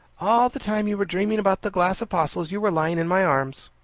all the time you were dreaming about the glass apostles, you were lying in my arms.